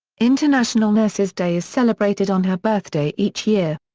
international nurses day is celebrated on her birthday each year.